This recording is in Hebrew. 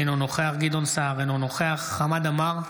אינו נוכח גדעון סער, אינו נוכח חמד עמאר,